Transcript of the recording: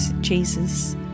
Jesus